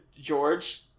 George